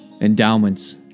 endowments